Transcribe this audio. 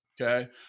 Okay